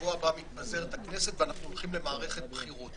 שבשבוע הבא מתפזרת הכנסת ואנחנו הולכים למערכת בחירות,